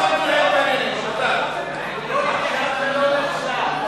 לא הגשתם לי רשימה.